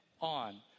on